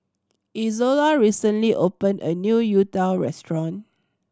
Izola recently opened a new youtiao restaurant